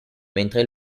mentre